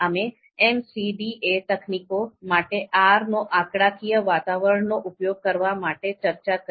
અમે MCDA તકનીકો માટે R નો આંકડાકીય વાતાવરણનો ઉપયોગ કરવા માટેની ચર્ચા કરી